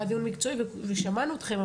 היה דיון מקצועי ושמענו אתכם,